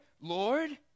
Lord